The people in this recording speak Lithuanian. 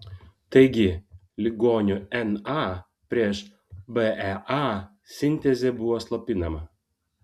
taigi ligonių na prieš bea sintezė buvo slopinama